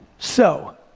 so,